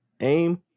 aim